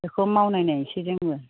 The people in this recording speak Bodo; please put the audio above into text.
बेखौ मावना नायनोसै जोंङो